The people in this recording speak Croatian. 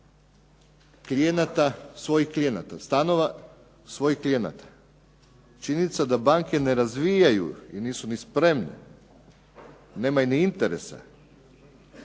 isključivo kupce stanova svojih klijenata. Činjenica da banke ne razvijaju, nisu ni spremne, nemaju ni interesa